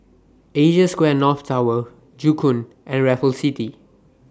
Asia Square North Tower Joo Koon and Raffles City